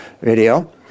video